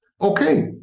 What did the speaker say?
Okay